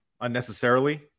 unnecessarily